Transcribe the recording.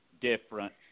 different